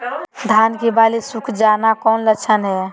धान की बाली सुख जाना कौन लक्षण हैं?